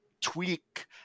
tweak